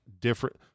different